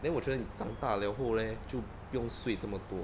then 我觉得你长大了后 leh 就不用睡这么多